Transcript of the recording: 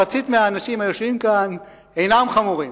מחצית מהאנשים היושבים כאן אינם חמורים.